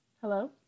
Hello